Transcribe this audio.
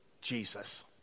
Jesus